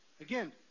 Again